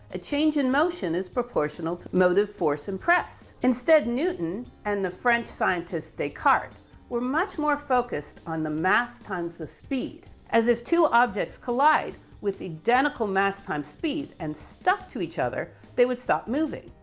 a change in motion is proportional to motive force impressed. instead newton, and the french scientists, descartes were much more focused on the mass times the speed, as if two objects collide with identical mass times speed and stuck to each other, they would stop moving.